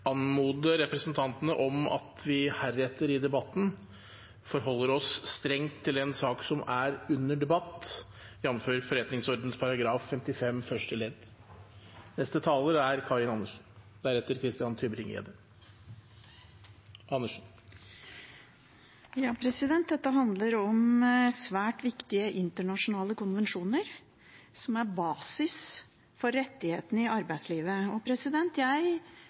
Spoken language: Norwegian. representantene om at vi heretter i debatten forholder oss strengt til den saken som er under debatt, jf. forretningsordenens § 55 første ledd. Dette handler om svært viktige internasjonale konvensjoner som er basis for rettighetene i arbeidslivet. Jeg er både litt forundret og ganske urolig fordi jeg